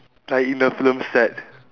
like in the film set